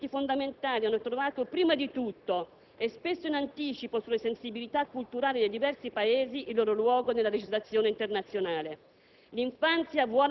Proprio per questo i diritti fondamentali hanno trovato, prima di tutto, e spesso in anticipo sulle sensibilità culturali dei diversi Paesi, il loro luogo nella legislazione internazionale.